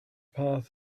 path